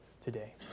today